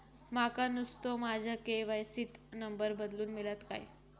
माका नुस्तो माझ्या के.वाय.सी त नंबर बदलून मिलात काय?